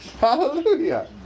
Hallelujah